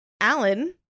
Alan